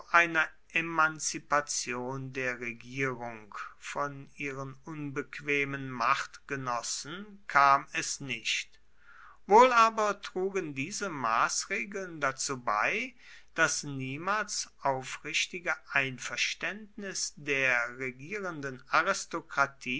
einer emanzipation der regierung von ihren unbequemen machtgenossen kam es nicht wohl aber trugen diese maßregeln dazu bei das niemals aufrichtige einverständnis der regierenden aristokratie